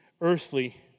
earthly